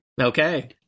Okay